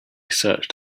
searched